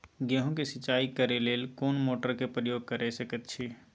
गेहूं के सिंचाई करे लेल कोन मोटर के प्रयोग कैर सकेत छी?